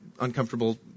uncomfortable